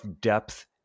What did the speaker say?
depth